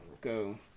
go